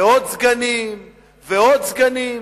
עוד סגנים ועוד סגנים.